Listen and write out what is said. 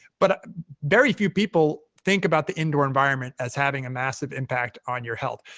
but very few people think about the indoor environment as having a massive impact on your health.